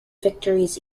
victories